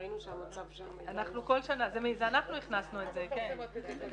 ראינו שהמצב שם -- אנחנו מפרסמות את זה כל שנה,